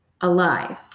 alive